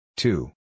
Two